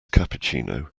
cappuccino